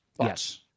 Yes